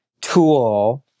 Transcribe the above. tool